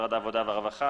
משרד העבודה והרווחה,